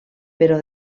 però